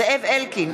אינו נוכח זאב אלקין,